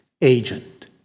agent